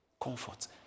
Comfort